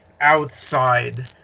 outside